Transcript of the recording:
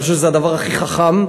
אני חושב שזה הדבר הכי חכם.